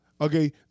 Okay